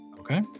Okay